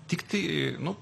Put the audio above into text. tiktai nu